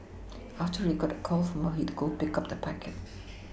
after he got a call from her he would go pick up the packet